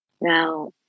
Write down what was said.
Now